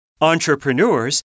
entrepreneurs